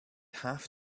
have